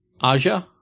aja